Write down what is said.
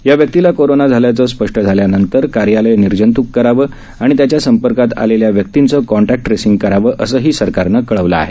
या व्यक्तीला कोरोना झाल्याचं स्पष्ट झाल्यावर कार्यालय निर्जत्क करावं आणि त्याच्या संपर्कात आलेल्या व्यक्तींचं कॉन्टॅक्ट ट्रेसिंग करावं असंही सरकारनं कळवलं आहे